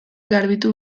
garbitu